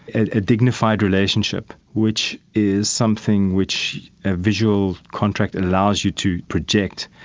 and a dignified relationship, which is something which a visual contract and allows you to project.